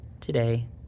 today